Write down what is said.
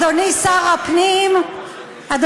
אדוני שר הפנים דרעי,